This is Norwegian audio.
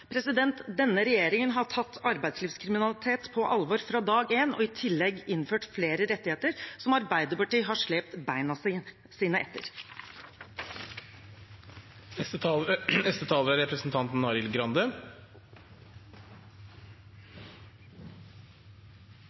Denne regjeringen har tatt arbeidslivskriminalitet på alvor fra dag én og i tillegg innført flere rettigheter, mens Arbeiderpartiet har slept beina etter seg. Jeg registrerer at Heidi Nordby Lunde er